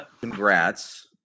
Congrats